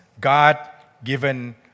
God-given